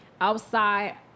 outside